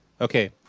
okay